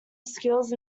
skills